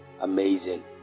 amazing